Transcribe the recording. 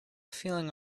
feeling